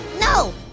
No